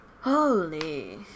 Holy